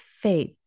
faith